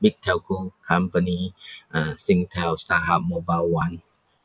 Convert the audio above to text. big telco company uh singtel starhub mobile one